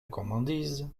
gourmandise